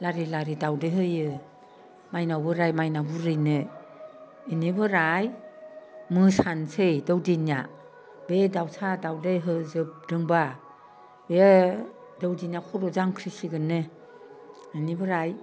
लारि लारि दावदै होयो माइनाव बोराय माइनाव बुरैनो बेनिफ्राय मोसानोसै दौदिनिया बे दाउसा दावदै होजोबदोंबा बे दौदिनिया खर' जांख्रिसिगोननो बेनिफ्राय